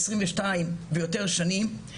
22 ויותר שנים,